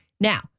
Now